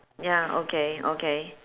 ya okay okay